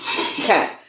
Okay